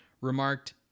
remarked